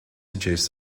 suggest